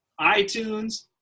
iTunes